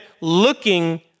looking